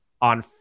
on